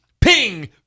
ping